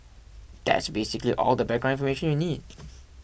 that's basically all the background information you need